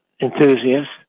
enthusiasts